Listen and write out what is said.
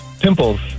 Pimples